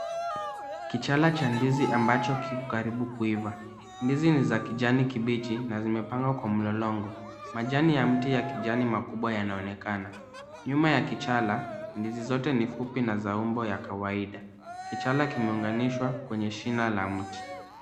Kichala cha ndizi ambacho kiko karibu kuiva, ndizi ni za kijani kibichi na zimepanda kwa mlolongo, Majani ya mti ya kijani makubwa yanaonekana. Nyuma ya kijala, ndizi zote ni fupi na za umbo ya kawaida. Kichala kimeunganishwa kwenye shina la mti.